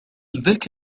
ذاك